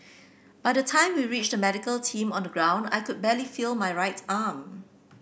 by the time we reached the medical team on the ground I could barely feel my right arm